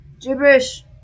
Gibberish